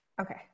Okay